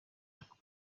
iawn